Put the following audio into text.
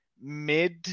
mid